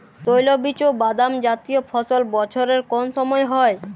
তৈলবীজ ও বাদামজাতীয় ফসল বছরের কোন সময় হয়?